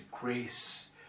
grace